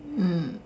mm